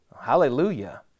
Hallelujah